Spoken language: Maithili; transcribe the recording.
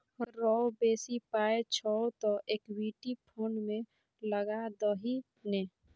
रौ बेसी पाय छौ तँ इक्विटी फंड मे लगा दही ने